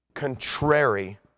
contrary